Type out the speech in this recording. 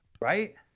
right